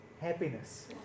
happiness